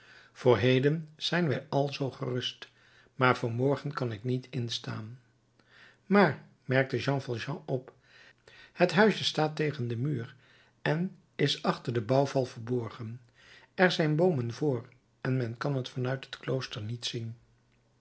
voor heden zijn wij alzoo gerust maar voor morgen kan ik niet instaan maar merkte jean valjean op het huisje staat tegen den muur en is achter den bouwval verborgen er zijn boomen voor en men kan t van uit het klooster niet zien